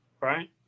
right